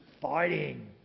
fighting